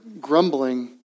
grumbling